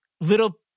little